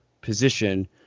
position